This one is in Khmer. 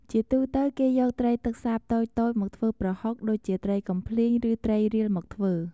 ជាទូទៅគេយកត្រីទឹកសាបតូចៗមកធ្វើប្រហុក ដូចជាត្រីកំភ្លាញ ឬត្រីរៀលមកធ្វើ។